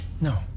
No